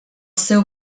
seu